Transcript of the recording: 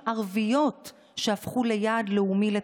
היוגורטים, כל אחד עם המוצרים שהוא